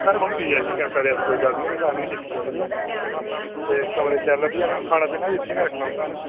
साढ़े कोल वीआईपी गै न तुस आह्नियै दिक्खी सकदे ओ ते कमरे शैल लब्भी जाङन